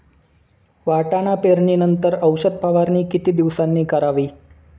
वाटाणा पेरणी नंतर औषध फवारणी किती दिवसांनी करावी?